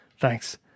Thanks